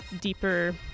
deeper